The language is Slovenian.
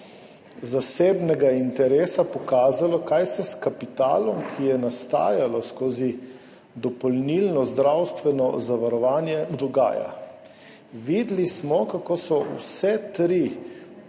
zasebnega interesa pokazalo, kaj se s kapitalom, ki je nastajal skozi dopolnilno zdravstveno zavarovanje, dogaja. Videli smo, kako so vse tri